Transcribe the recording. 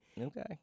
Okay